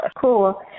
Cool